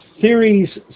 theories